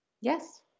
Yes